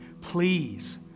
please